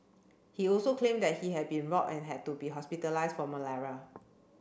he also claimed that he had been robbed and had to be hospitalised from malaria